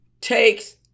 takes